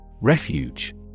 Refuge